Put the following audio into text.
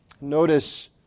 Notice